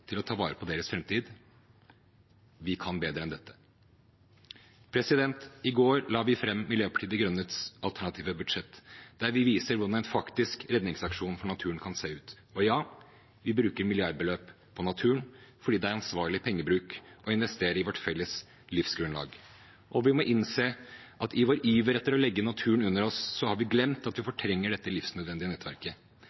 til å ta vare på deres framtid; vi kan bedre enn dette. I går la vi fram Miljøpartiet De Grønnes alternative budsjett, der vi viser hvordan en faktisk redningsaksjon for naturen kan se ut. Og ja, vi bruker milliardbeløp på naturen fordi det er ansvarlig pengebruk å investere i vårt felles livsgrunnlag. Vi må innse at i vår iver etter å legge naturen under oss har vi glemt at vi